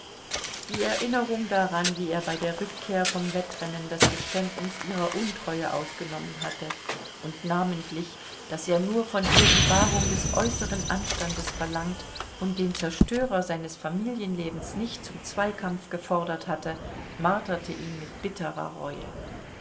die erinnerung daran wie er bei der rückkehr vom wettrennen das geständnis ihrer untreue aufgenommen hatte und namentlich daß er nur von ihr die wahrung des äußeren anstandes verlangt und den zerstörer seines familienlebens nicht zum zweikampf gefordert hatte marterte ihn mit bitterer reue